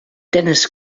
dennis